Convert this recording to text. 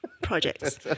projects